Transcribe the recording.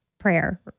prayer